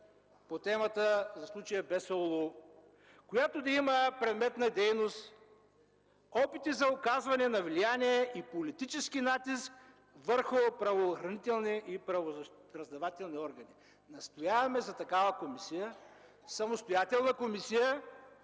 по темата за случая „Бесоолу”, която да има предмет на дейност: опити за оказване на влияние и политически натиск върху правоохранителни и правораздавателни органи. Настояваме за такава самостоятелна комисия!